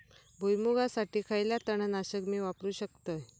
भुईमुगासाठी खयला तण नाशक मी वापरू शकतय?